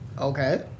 Okay